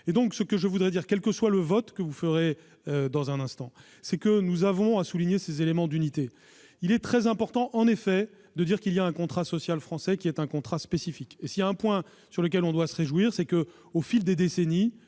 sens des responsabilités. Quel que soit le vote que vous ferez dans un instant, nous avons à souligner ces éléments d'unité. Il est très important en effet de dire qu'il existe un contrat social français, qui est un contrat spécifique. S'il y a un point dont on doit se réjouir, c'est qu'au fil des décennies